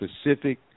specific